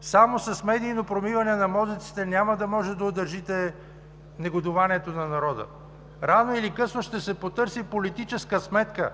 Само с медийно промиване на мозъците няма да можете да удържите негодуванието на народа. Рано или късно ще се потърси политическа сметка